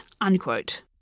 unquote